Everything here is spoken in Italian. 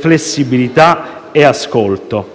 flessibilità e ascolto.